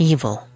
Evil